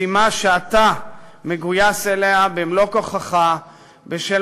משימה שאתה מגויס אליה במלוא כוחך בשל